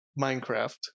Minecraft